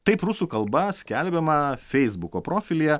taip rusų kalba skelbiama feisbuko profilyje